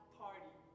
party